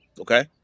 Okay